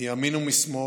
מימין ומשמאל,